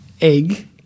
Egg